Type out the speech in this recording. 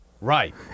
right